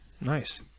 Nice